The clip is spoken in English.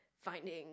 finding